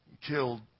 Killed